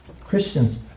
Christians